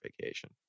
vacation